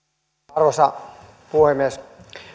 arvoisa puhemies